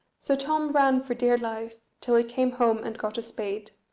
so tom ran for dear life, till he came home and got a spade,